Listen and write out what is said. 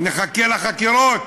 נחכה לחקירות,